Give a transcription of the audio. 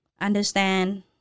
understand